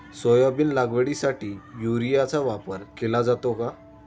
Soybean लागवडीसाठी युरियाचा वापर केला जातो का?